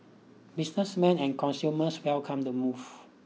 businesses man and consumers welcomed the move